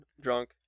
drunk